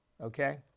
Okay